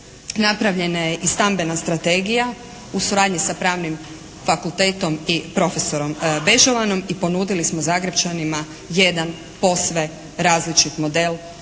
napravljena je i stambena strategija u suradnji sa Pravnim fakultetom i profesorom Bežovanom i ponudili smo Zagrepčanima jedan posve različit model od